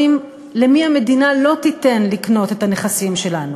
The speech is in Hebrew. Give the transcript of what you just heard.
למי המדינה לא תיתן לקנות את הנכסים שלנו.